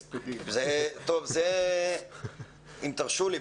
אם תרשו לי,